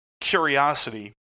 curiosity